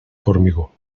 formigó